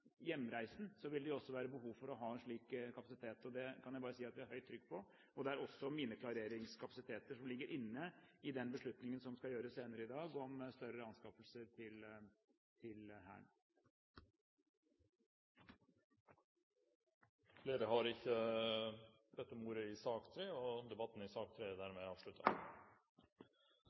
hjemreisen vil det også være behov for å ha en slik kapasitet. Det kan jeg bare si vi har høyt trykk på, også på mineklareringskapasiteter, som ligger inne i den beslutningen som skal tas senere i dag om større anskaffelser til Hæren. Flere har ikke bedt om ordet til sak nr. 3. Saken gjelder representantforslag fra to fremskrittspartirepresentanter angående at Riksrevisjonen foretar særskilt undersøkelse av anskaffelsesprosessen og